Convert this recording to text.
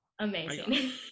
Amazing